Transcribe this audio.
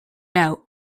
out